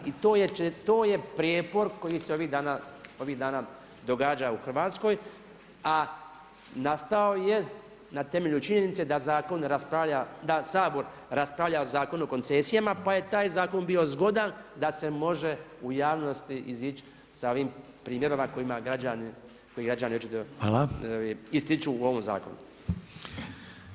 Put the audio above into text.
I to je prijepor koji se ovih dana događa u Hrvatskoj, a nastao je na temelju činjenice da Sabor raspravlja o Zakonu o koncesijama pa je taj zakon bio zgodan da se može u javnosti izići sa ovim primjerom ako ima građani, koji građani očito ističu u ovom zakonu.